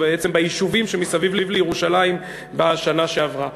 ובעצם ביישובים שמסביב לירושלים בשנה שעברה.